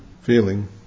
feeling